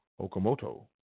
okamoto